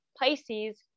Pisces